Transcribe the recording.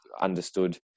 understood